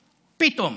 פתאום,